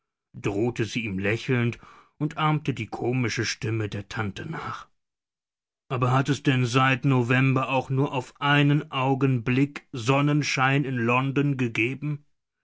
drohte sie ihm lächelnd und ahmte die komische stimme der tante nach aber hat es denn seit november auch nur auf einen augenblick sonnenschein in london gegeben